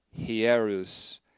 hierus